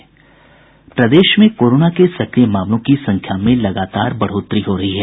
प्रदेश में कोरोना के सक्रिय मामलों की संख्या में लगातार बढ़ोतरी हो रही है